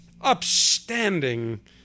upstanding